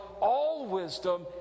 all-wisdom